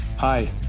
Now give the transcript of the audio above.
Hi